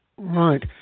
Right